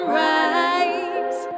rise